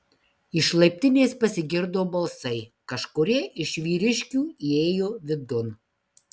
iš laiptinės pasigirdo balsai kažkurie iš vyriškių įėjo vidun